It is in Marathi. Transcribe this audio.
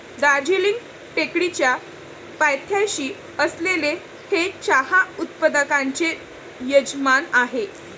दार्जिलिंग टेकडीच्या पायथ्याशी असलेले हे चहा उत्पादकांचे यजमान आहे